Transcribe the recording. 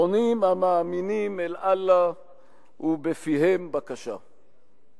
פונים המאמינים אל אללה ובפיהם בקשה.